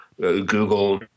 Google